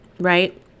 right